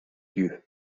lieues